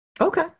Okay